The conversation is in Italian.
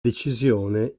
decisione